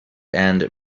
and